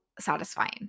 satisfying